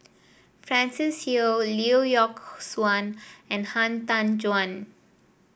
Francis Seow Lee Yock Suan and Han Tan Juan